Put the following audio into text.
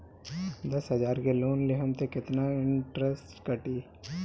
दस हजार के लोन लेहम त कितना इनट्रेस कटी?